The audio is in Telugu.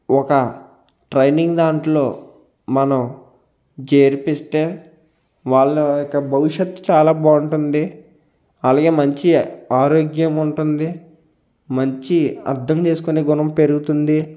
ఒక ట్రైనింగ్ దాంట్లో మనం చేర్పిస్తే వాళ్ళ యొక్క భవిష్యత్ చాలా బాగుంటుంది అలాగే మంచి ఆరోగ్యం ఉంటుంది మంచి అర్థం చేసుకునే గుణం పెరుగుతుంది